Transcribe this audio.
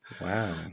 Wow